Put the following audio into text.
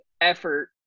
effort